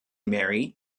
married